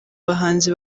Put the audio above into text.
bahanzi